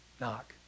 Knock